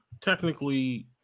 technically